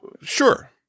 Sure